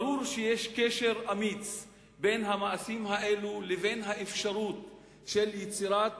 ברור שיש קשר אמיץ בין המעשים האלה לבין האפשרות של יצירת